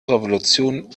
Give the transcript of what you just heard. revolution